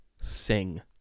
sing